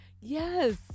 Yes